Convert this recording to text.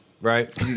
Right